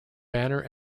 banner